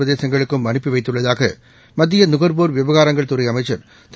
பிரதேசங்களுக்கும் அனுப்பிவைத்துள்ளதாகமத்தியநுகர்வோர் விவகாரங்கள் துறைஅமைச்சர் திரு